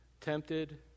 tempted